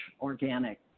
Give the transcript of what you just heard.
organic